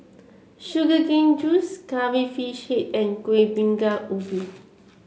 Sugar Cane Juice Curry Fish Head and Kueh Bingka Ubi